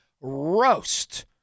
roast